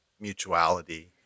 mutuality